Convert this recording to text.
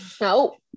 No